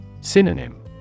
Synonym